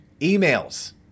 Emails